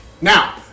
Now